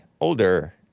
older